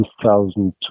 2002